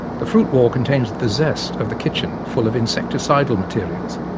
the fruit wall contains the zest of the kitchen, full of insecticidal materials,